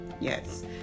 Yes